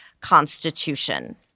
constitution